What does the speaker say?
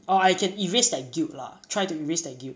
err I can erase that guilt lah try to erase that guilt